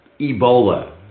Ebola